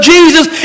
Jesus